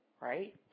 right